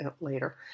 later